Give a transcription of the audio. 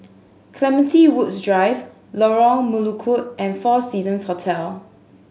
Clementi Woods Drive Lorong Melukut and Four Seasons Hotel